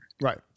Right